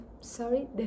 sorry